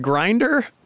Grinder